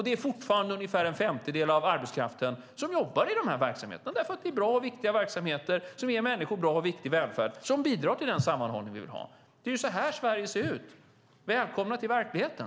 Det är fortfarande ungefär en femtedel av arbetskraften som jobbar i de här verksamheterna därför att det är bra och viktiga verksamheter som ger människor bra och viktig välfärd, som i sin tur bidrar till den sammanhållning vi vill ha. Det är så här Sverige ser ut. Välkomna till verkligheten!